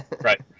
Right